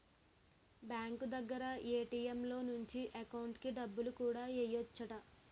bank దగ్గర ATM లో నుంచి ఎకౌంటుకి డబ్బులు కూడా ఎయ్యెచ్చట